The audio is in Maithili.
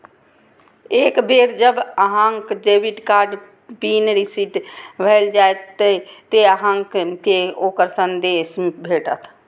एक बेर जब अहांक डेबिट कार्ड पिन रीसेट भए जाएत, ते अहांक कें ओकर संदेश भेटत